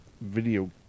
video